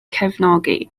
cefnogi